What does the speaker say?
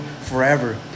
forever